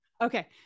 Okay